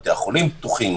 בתי החולים פתוחים,